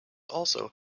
also